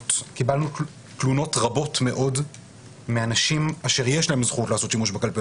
האחרונות קיבלנו תלונות רבות מאוד מאנשים שיש להם זכות לעשות שימוש בקלפיות